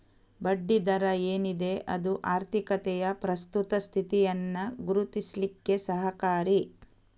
ಬಡ್ಡಿ ದರ ಏನಿದೆ ಅದು ಆರ್ಥಿಕತೆಯ ಪ್ರಸ್ತುತ ಸ್ಥಿತಿಯನ್ನ ಗುರುತಿಸ್ಲಿಕ್ಕೆ ಸಹಕಾರಿ